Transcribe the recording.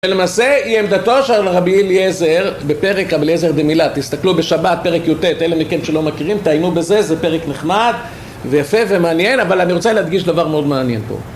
ולמעשה היא עמדתו של רבי אליעזר בפרק רבי אליעזר דמילה תסתכלו בשבת פרק י"ט אלה מכם שלא מכירים תעיינו בזה זה פרק נחמד ויפה ומעניין אבל אני רוצה להדגיש דבר מאוד מעניין פה